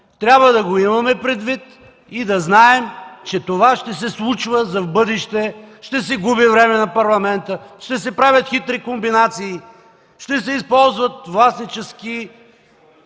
трябва да го имаме предвид и да знаем, че това ще се случва за в бъдеще, ще се губи време на Парламента, ще се правят хитри комбинации, ще се използват властнически